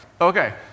Okay